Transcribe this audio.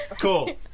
Cool